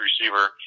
receiver